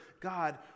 God